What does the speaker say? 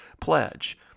pledge